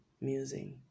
musing